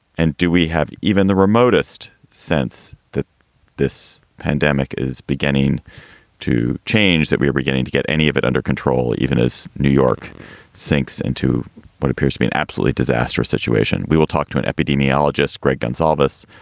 and do we have even the remotest sense that this pandemic is beginning to change, that we are beginning to get any of it under control, even as new york sinks into what appears to be an absolutely disastrous situation? we will talk to an epidemiologist, greg gonzalez,